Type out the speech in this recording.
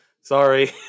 Sorry